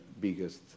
biggest